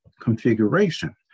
configuration